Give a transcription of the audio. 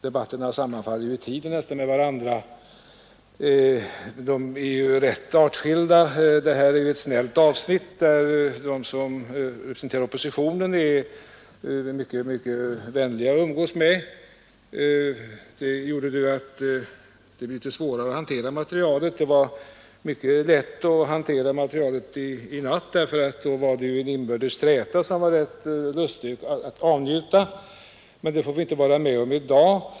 Det här är ett snällt avsnitt, där de som representerar oppositionen är mycket vänliga att umgås med. Det gör att det blir litet svårare att hantera materialet. Det var mycket lätt att hantera materialet i natt därför att då förekom bland de borgerliga en inbördes träta, som var rätt lustig att avnjuta. Det får vi inte vara med om i dag.